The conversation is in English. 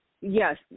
Yes